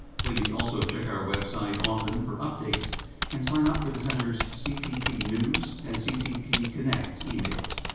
please also check our website often for updates and sign up for the center's ctp news and ctp connect emails.